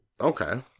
Okay